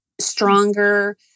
stronger